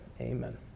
Amen